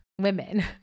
women